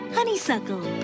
honeysuckle